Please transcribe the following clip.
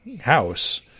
house